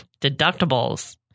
Deductibles